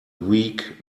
weak